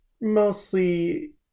mostly